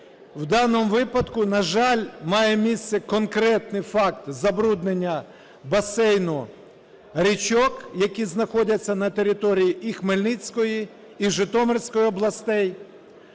в даному випадку, на жаль, має місце конкретний факт забруднення басейну річок, які знаходяться на території і Хмельницької, і Житомирської областей.